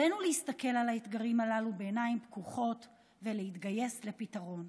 עלינו להסתכל על האתגרים הללו בעיניים פקוחות ולהתגייס לפתרון.